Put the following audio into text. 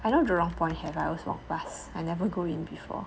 I know jurong point I always walk pass but I never go in before